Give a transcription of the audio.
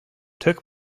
took